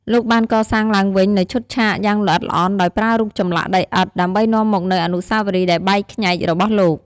លោកបានកសាងឡើងវិញនូវឈុតឆាកយ៉ាងល្អិតល្អន់ដោយប្រើរូបចម្លាក់ដីឥដ្ឋ ដើម្បីនាំមកនូវអនុស្សាវរីយ៍ដែលបែកខ្ញែករបស់លោក។